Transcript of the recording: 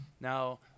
Now